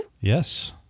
yes